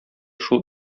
шул